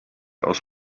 aus